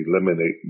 eliminate